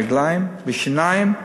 רגליים ושיניים,